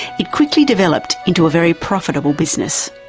it quickly developed into a very profitable business.